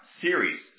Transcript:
series